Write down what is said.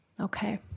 Okay